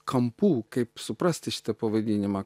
kampų kaip suprasti šitą pavadinimą